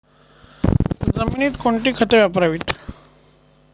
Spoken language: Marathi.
जमिनीत कोणती खते वापरावीत?